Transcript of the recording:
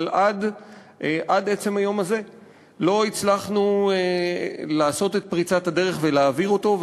אבל עד עצם היום הזה לא הצלחנו לעשות את פריצת הדרך ולהעביר אותו.